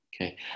Okay